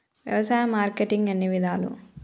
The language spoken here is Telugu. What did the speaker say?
వ్యవసాయ మార్కెటింగ్ ఎన్ని విధాలు?